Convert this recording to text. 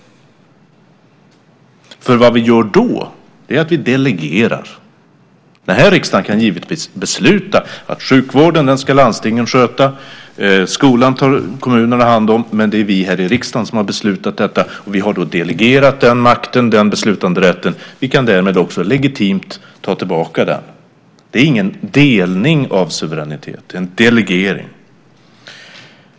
Vad vi gör då är att vi delegerar. Den här riksdagen kan givetvis besluta att sjukvården ska landstingen sköta, skolan tar kommunerna hand om, men det är vi här i riksdagen som har beslutat detta. Vi har då delegerat den makten, den beslutanderätten. Vi kan därmed också legitimt ta tillbaka den. Det är ingen delning av suveränitet; det är en delegering.